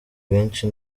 benshi